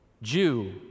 Jew